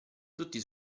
tutti